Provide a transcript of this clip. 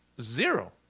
zero